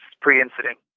pre-incident